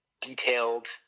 detailed